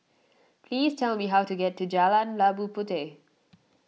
please tell me how to get to Jalan Labu Puteh